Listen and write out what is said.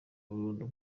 burundu